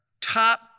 top